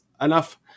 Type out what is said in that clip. enough